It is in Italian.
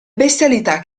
bestialità